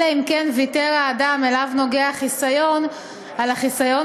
אלא אם כן האדם שאליו נוגע החיסיון ויתר על החיסיון,